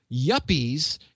yuppies